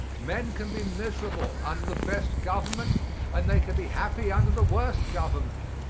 men can be miserable under the best government and they can be happy under the worst government.